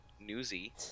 newsy